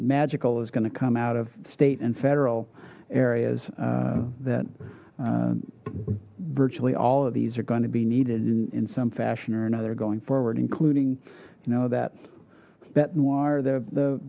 magical is going to come out of state and federal areas that virtually all of these are going to be needed in some fashion or another going forward including you know that